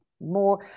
more